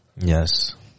Yes